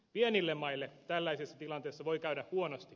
pienille maille tällaisessa tilanteessa voi käydä huonosti